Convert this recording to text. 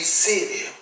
city